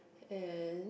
and